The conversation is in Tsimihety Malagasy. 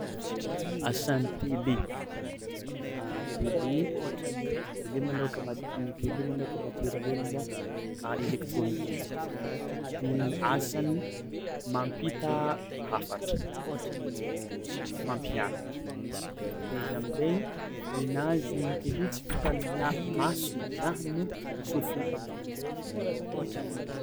Asan'ny tele tele tele malôhaka ma- ny tele malôhaka materiela a- elektrônika izy a de ny asany mampita hafatra, mampianatra de izy amin-jay ninazy nin'ny tele tsy vitan'ny mia- maso mizaha no sôfiny koa mitandreny.